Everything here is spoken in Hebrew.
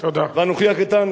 ואנוכי הקטן,